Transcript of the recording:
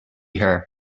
her